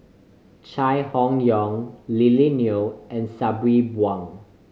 Chai Hon Yoong Lily Neo and Sabri Buang